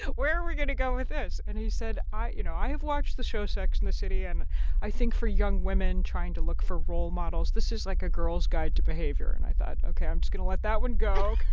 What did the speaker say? where are we going to go with this? and he said, i you know, i have watched the show sex and the city, and i think for young women trying to look for role models, this is like a girl's guide to behavior. and i thought, ok, i'm just going to let that one go.